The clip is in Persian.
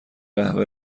قهوه